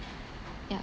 ya